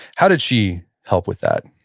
how did she help with that?